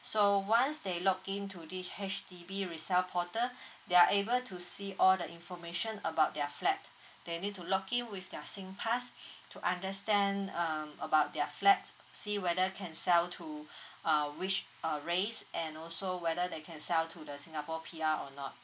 so once they login to this H_D_B resale portal they are able to see all the information about their flat they need to login with their singpass to understand um about their flat see whether can sell to uh which uh race and also whether they can sell to the singapore P_R or not